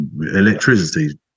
electricity